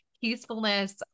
peacefulness